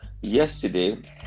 Yesterday